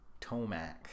tomac